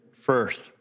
first